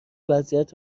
وضعیت